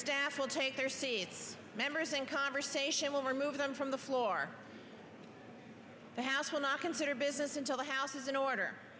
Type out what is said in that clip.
staff will take their seats members in conversation will remove them from the floor the house will not consider business until the house is in order